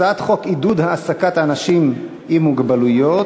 הצעת חוק עידוד העסקת אנשים עם מוגבלות,